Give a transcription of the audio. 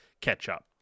catch-up